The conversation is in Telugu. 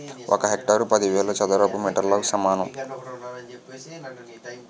ఒక హెక్టారు పదివేల చదరపు మీటర్లకు సమానం